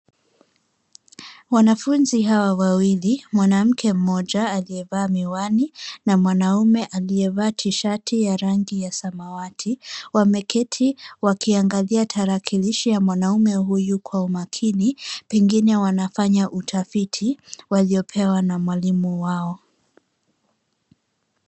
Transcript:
Wanafunzi hawa wawili, mwanamke mmoja alievaa miwani na mwanaume alievaa tishati ya rangi ya samawati wameketi wakiangalia tarakilishi ya mwanamume huyu kwa umakini pengine wanafanya utafiti waliopewa na mwalimu wao